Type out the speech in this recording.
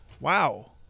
Wow